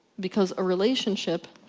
because a relationship,